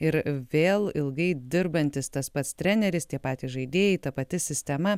ir vėl ilgai dirbantis tas pats treneris tie patys žaidėjai ta pati sistema